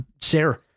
Sarah